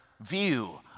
view